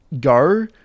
go